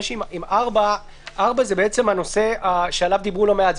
סעיף 4 הוא נושא שדיברו עליו לא מעט,